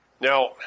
Now